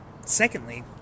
secondly